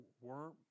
Worm